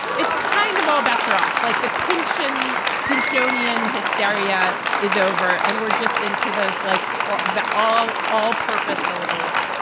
it's kind of all bets are off like the pyncheon pinch in his steria is over and we're just into those like ah that all all purpose syllables.